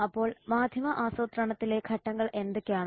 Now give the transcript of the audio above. അപ്പോൾ മാധ്യമ ആസൂത്രണത്തിലെ ഘട്ടങ്ങൾ എന്തൊക്കെയാണ്